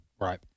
Right